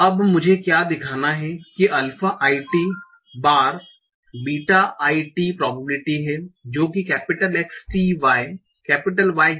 अब मुझे क्या दिखाना है कि alpha i t bar beta i t probability है जो की X t y Y